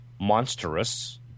monstrous